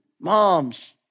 moms